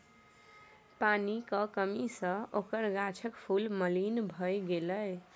पानिक कमी सँ ओकर गाछक फूल मलिन भए गेलै